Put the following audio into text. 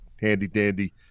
handy-dandy